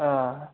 हां